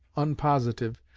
unpositive,